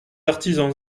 artisans